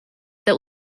that